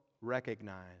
recognize